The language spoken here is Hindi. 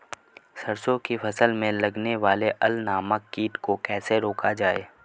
सरसों की फसल में लगने वाले अल नामक कीट को कैसे रोका जाए?